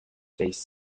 phase